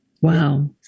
Wow